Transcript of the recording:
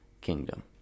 kingdom